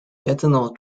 ethanol